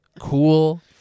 cool